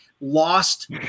lost